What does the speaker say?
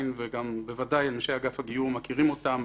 וגם בוודאי אנשי אגף הגיור מכירים אותן.